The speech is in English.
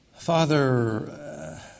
Father